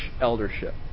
eldership